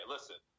Listen